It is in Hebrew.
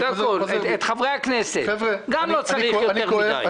את חברי הכנסת, וגם לא צריך יותר מדי.